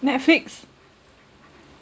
Netflix